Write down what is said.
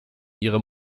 ihrer